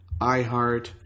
iHeart